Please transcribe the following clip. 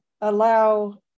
allow